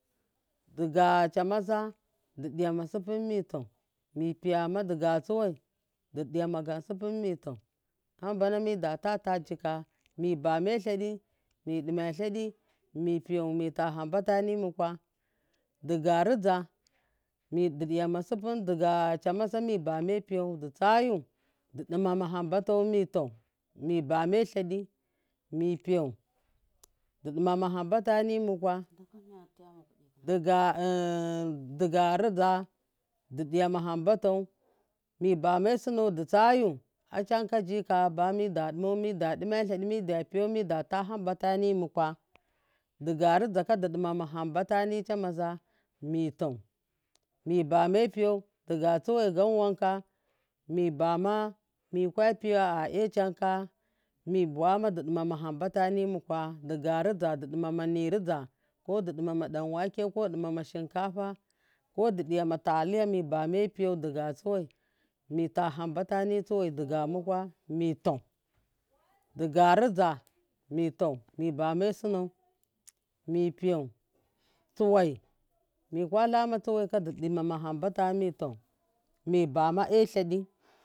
Diga chamaza diɗiyama supun mitau hambana datata jika mibame lyadi miduma lyadi mipiyau mita hanbata ni kwa diga riza didiya supum diga jamaza mi bame piyau di tsayu du duma ham bata mitau mi bame lyadi mi piyar digariza di ɗiya maham tau mi bame duna di tsayu acan kajika bamida dumau mida ɗima lyadi mida piyau mida ta hamba tani mukwa chiga rijaka du duma hamtani chamaza mitau bame piyau diga tsuwai gam wanka mibama mika piyau a ecamka mibuwamo du duma hambata ni mukwa diga riza du dumama ni riza ko duɗu ma dan wake ko shinkafa ko di ɗiyama taliya mi bame piyau diga tsuwai du ɗumamani tsuwai ka mitau mi bama ei lyadi.